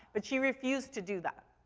but she refused to do that.